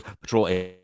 patrol